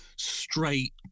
straight